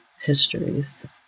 histories